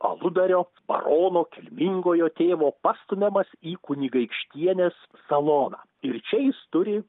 aludario barono kilmingojo tėvo pastumiamas į kunigaikštienės saloną ir čia jis turi